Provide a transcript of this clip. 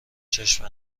چشم